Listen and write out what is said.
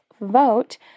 vote